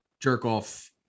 jerk-off